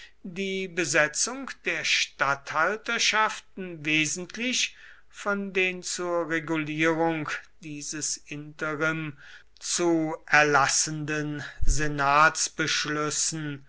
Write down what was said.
die besetzung der statthalterschaften wesentlich von den zur regulierung dieses interim zu erlassenden